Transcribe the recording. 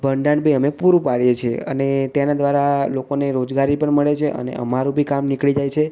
ભંડાણ બી અમે પૂરું પાડીએ છીએ અને તેના દ્વારા લોકોને રોજગારી પણ મળે છે અને અમારું બી કામ નીકળી જાય છે